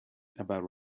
about